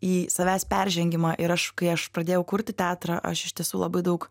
į savęs peržengimą ir aš kai aš pradėjau kurti teatrą aš iš tiesų labai daug